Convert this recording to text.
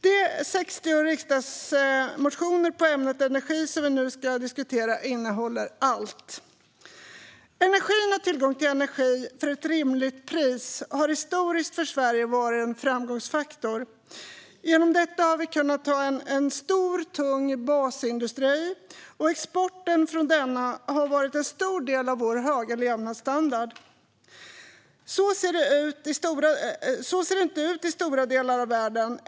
De 60 riksdagsmotioner på ämnet energi som vi nu ska diskutera innehåller allt. Energi och tillgång till energi för ett rimligt pris har historiskt varit en framgångsfaktor för Sverige. Genom detta har vi kunnat ha en stor, tung basindustri, och exporten från denna har varit en stor del av vår höga levnadsstandard. Så ser det inte ut i stora delar av världen.